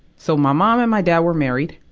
so, my mom and my dad were married.